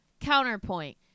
Counterpoint